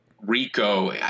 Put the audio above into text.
Rico